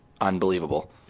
unbelievable